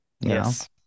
Yes